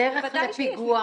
ודאי שיש מקרים כאלה.